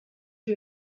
who